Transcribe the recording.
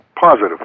positive